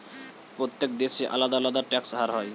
প্রত্যেক দেশে আলাদা আলাদা ট্যাক্স হার হয়